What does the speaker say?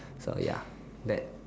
so ya that